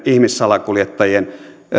ihmissalakuljettajien